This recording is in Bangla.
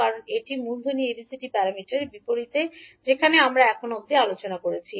কারণ এটি ABCD প্যারামিটারের বিপরীতে যেখানে আমরা এখন অবধি আলোচনা করেছি